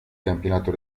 campionato